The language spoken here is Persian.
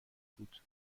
بود